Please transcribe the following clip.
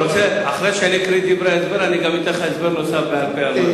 אחרי שאקרא את דברי ההסבר גם אתן לך הסבר נוסף בעל-פה.